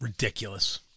Ridiculous